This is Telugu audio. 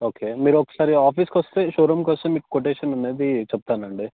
ఓకే మీరు ఒకసారి ఆఫీస్కి వస్తే షోరూమ్కి వస్తే మీకు కొటేషన్ అనేది చెప్తాను అండి